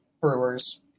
Brewers